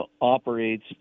operates